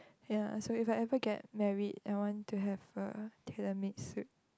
ya so if I ever get married I want to have a tailor made suit